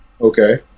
Okay